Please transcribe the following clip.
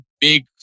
big